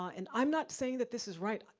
ah and i'm not saying that this is right,